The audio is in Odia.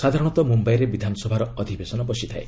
ସାଧାରଣତଃ ମୁମ୍ୟାଇରେ ବିଧାନସଭାର ଅଧିବେଶନ ବସିଥାଏ